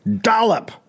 dollop